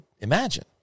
imagine